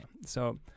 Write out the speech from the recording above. So-